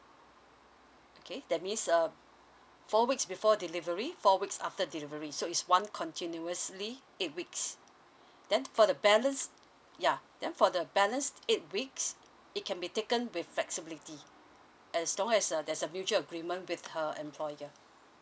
okay that means uh four weeks before delivery four weeks after delivery so is one continuously eight weeks then for the balance yeah then for the balance eight weeks it can be taken with flexibility as long as uh there's a mutual agreement with her employer